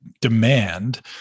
demand